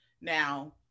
Now